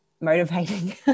motivating